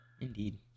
Indeed